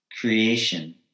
creation